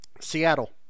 Seattle